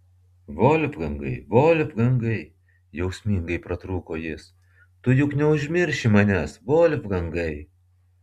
volfgangai volfgangai jausmingai pratrūko jis tu juk neužmirši manęs volfgangai